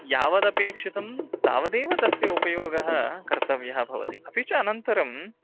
यावदपेक्षितं तावदेव तस्य उपयोगः कर्तव्यः भवति अपि च अनन्तरं